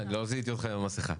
לא זיהיתי אותך עם המסכה.